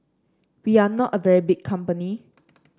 we are not a very big company